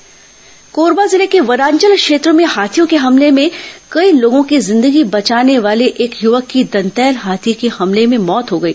हाथी मौत कोरबा जिले के वनांचल क्षेत्रों में हाथियों के हमले से कई लोगों की जिंदगी बचाने वाले युवक की दंतैल हाथी के हमले में मौत हो गई